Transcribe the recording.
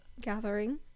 gathering